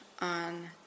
on